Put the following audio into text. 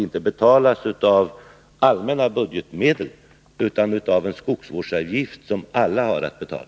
Det betalas ju inte av allmänna budgetmedel utan av en skogsvårdsavgift som alla har att betala.